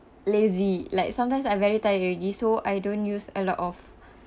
lazy like sometimes I very tired already so I don't use a lot of